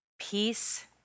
peace